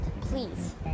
please